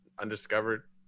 undiscovered